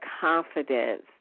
confidence